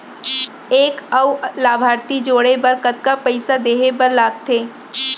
एक अऊ लाभार्थी जोड़े बर कतका पइसा देहे बर लागथे?